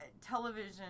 television